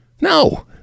No